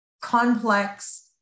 complex